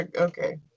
okay